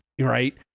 Right